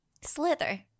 Slither